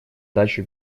даче